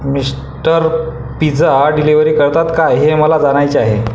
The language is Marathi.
मिस्टर पिझा डिलेवरी करतात का हे मला जाणायचे आहे